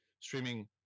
streaming